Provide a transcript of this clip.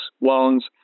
loans